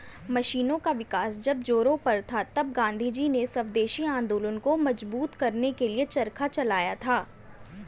मशीनों का विकास जब जोरों पर था तब गाँधीजी ने स्वदेशी आंदोलन को मजबूत करने के लिए चरखा चलाया था